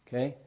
Okay